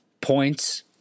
points